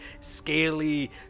scaly